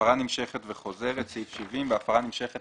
70.הפרה נמשכת והפרה חוזרת בהפרה נמשכת